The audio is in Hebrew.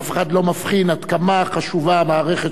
ואף אחד לא מבחין עד כמה חשובה המערכת